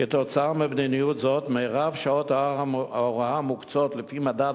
כתוצאה ממדיניות זאת רוב שעות ההוראה המוקצות לפי מדד